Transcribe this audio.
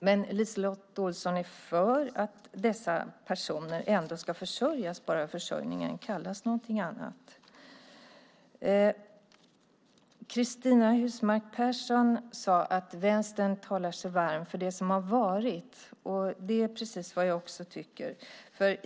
Men LiseLotte Olsson är för att dessa personer ändå ska försörjas, bara försörjningen kallas någonting annat. Cristina Husmark Pehrsson sade att Vänstern talar sig varm för det som har varit, och det är precis vad jag också tycker.